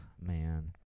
Man